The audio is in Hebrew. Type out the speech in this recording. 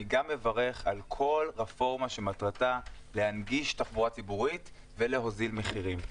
אני גם מברך על כל רפורמה שמטרתה להנגיש תחבורה ציבורית ולהוזיל מחירים.